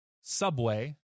Subway